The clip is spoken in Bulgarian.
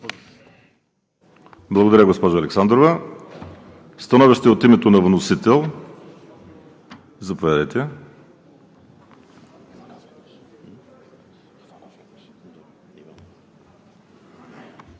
Благодаря, госпожо Александрова. Становище от името на вносител – заповядайте.